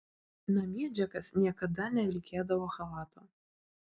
namie džekas niekada nevilkėdavo chalato